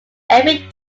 every